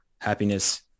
happiness